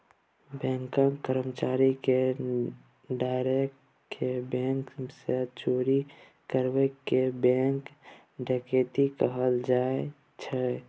बैंकक कर्मचारी केँ डराए केँ बैंक सँ चोरी करब केँ बैंक डकैती कहल जाइ छै